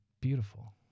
beautiful